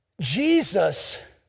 Jesus